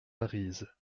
arize